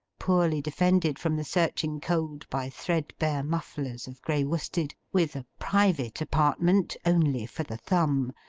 poorly defended from the searching cold by threadbare mufflers of grey worsted, with a private apartment only for the thumb,